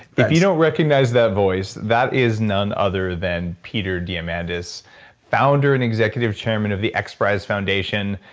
but if you don't recognize that voice, that is none other than peter diamandis founder and executive chairman of the x prize foundation,